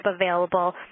available